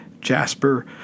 Jasper